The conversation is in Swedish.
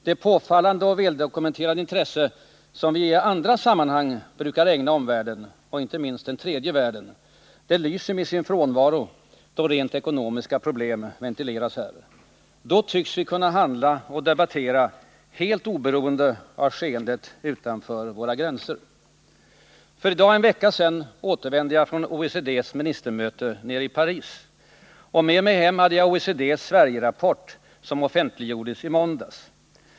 Det påfallande och väl dokumenterade intresse som vi i andra sammanhang brukar ägna omvärlden — inte minst tredje världen — lyser med sin frånvaro då rent ekonomiska problem ventileras. Då tycks vi kunna handla och debattera helt oberoende av skeendet utanför våra gränser. I dag för en vecka sedan återvände jag från OECD:s ministermöte i Paris. Med mig hem hade jag OECD:s Sverigerapport, som offentliggjordes i måndags.